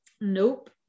nope